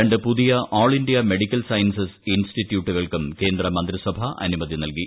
രണ്ട് പുതിയ all India medical sciences ഇൻസ്റ്റിറ്റ്യൂട്ടുകൾക്കും കേന്ദ്ര മന്ത്രിസഭ അനുമതി നൽകി